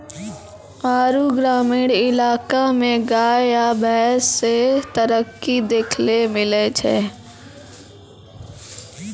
आरु ग्रामीण इलाका मे गाय या भैंस मे तरक्की देखैलै मिलै छै